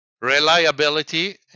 Reliability